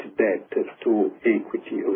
debt-to-equity